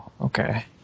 okay